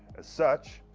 as such.